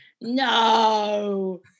No